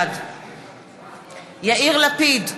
בעד יאיר לפיד,